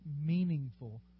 meaningful